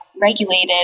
regulated